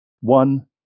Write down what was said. One